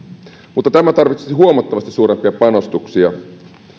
mutta tämä tarvitsisi huomattavasti suurempia panostuksia